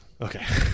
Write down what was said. Okay